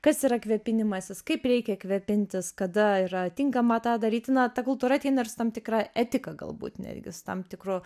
kas yra kvėpinimasis kaip reikia kvėpintis kada yra tinkama tą daryti na ta kultūra ateina ir su tam tikra etika galbūt netgi su tam tikru